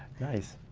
nice.